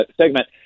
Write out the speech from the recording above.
segment